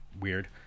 weird